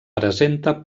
presenta